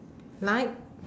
like